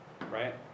right